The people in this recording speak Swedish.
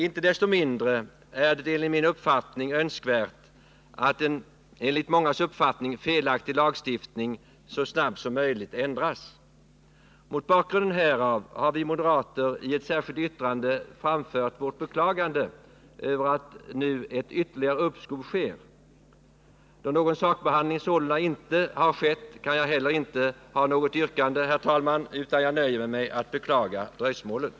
Inte desto mindre är det enligt min uppfattning önskvärt att en enligt mångas uppfattning felaktig lagstiftning så snabbt som möjligt ändras. Mot bakgrund härav har vi moderater i ett särskilt yttrande framfört vårt beklagande av detta ytterligare uppskov. Då någon sakbehandling sålunda inte har ägt rum har jag inte heller något yrkande, herr talman, utan nöjer mig med att beklaga dröjsmålet.